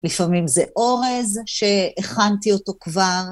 לפעמים זה אורז, שהכנתי אותו כבר.